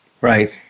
Right